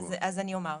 אז אני אומר.